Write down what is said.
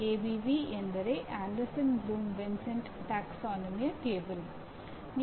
ABV ಅಂದರೆ Anderson Bloom Vincenti ಪ್ರವರ್ಗ ಕೋಷ್ಟಕ